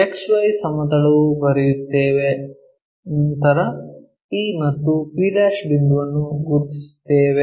XY ಸಮತಲವು ಬರೆಯುತ್ತೇವೆ ನಂತರ p ಮತ್ತು p ಬಿಂದುವನ್ನು ಗುರುತಿಸುತ್ತೇವೆ